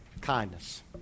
kindness